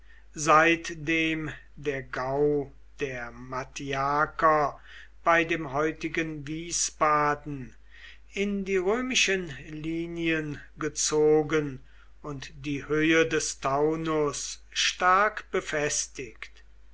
seitdem der gau der mattfiaker bei dem heutigen wiesbaden in die römischen linien gezogen und die höhe des taunus stark befestigt